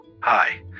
Hi